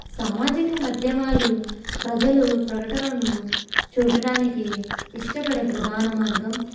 సామాజిక మధ్యమాలు ప్రజలు ప్రకటనలను చూడడానికి ఇష్టపడే ప్రధాన మార్గం